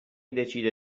decide